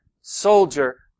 soldier